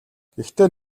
гэхдээ